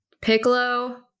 Piccolo